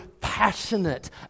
passionate